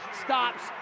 stops